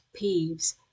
peeves